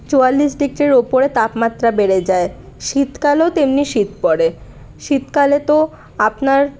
চুয়াল্লিশ ডিগ্রির ওপরে তাপমাত্রা বেড়ে যায় শীতকালেও তেমনি শীত পড়ে শীতকালে তো আপনার